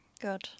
Good